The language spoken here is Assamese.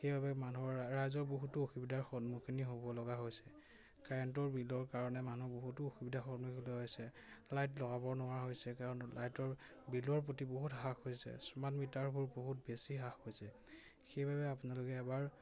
সেইবাবে মানুহৰ ৰাইজৰ বহুতো অসুবিধাৰ সন্মুখীন হ'ব লগা হৈছে কাৰেণ্টৰ বিলৰ কাৰণে মানুহ বহুতো অসুবিধাৰ সন্মুখীন হৈছে লাইট লগাব নোৱাৰা হৈছে কাৰণ লাইটৰ বিলৰ প্ৰতি বহুত হ্ৰাস হৈছে মিটাৰবোৰ বহুত বেছি হ্ৰাস হৈছে সেইবাবে আপোনালোকে এবাৰ